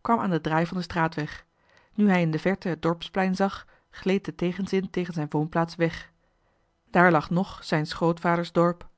kwam aan den draai van den straatweg nu hij in de verte het dorpsplein zag gleed de tegenzin tegen zijn woonplaats weg daar lag ng zijns grootvaders dorp